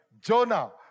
Jonah